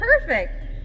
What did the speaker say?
perfect